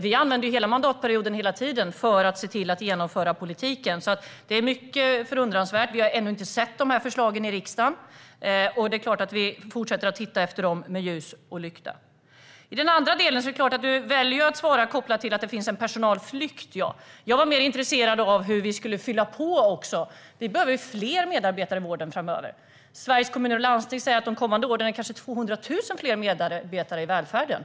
Vi använder hela mandatperioden för att se till att genomföra politiken. Det är mycket förundransvärt. Vi har ännu inte sett förslagen i riksdagen. Det är klart att vi fortsätter att titta efter dem med ljus och lykta. I den andra delen väljer du att svara kopplat till att det finns en personalflykt. Jag var mer intresserad av hur vi skulle fylla på. Vi behöver fler medarbetare i vården framöver. Sveriges Kommuner och Landsting säger att de kommande åren är det kanske 200 000 medarbetare fler i välfärden.